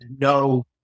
no